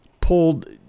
pulled